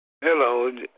Hello